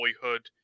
Boyhood